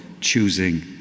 choosing